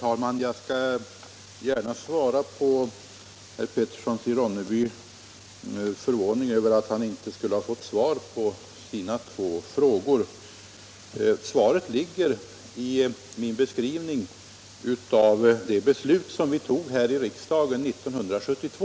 Herr talman! Herr Petersson i Ronneby uttrycker förvåning över att han inte skulle ha fått svar på sina två frågor. Svaret ligger i min be skrivning av det beslut som vi fattade här i riksdagen 1972.